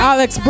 Alex